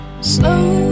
Slow